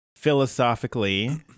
philosophically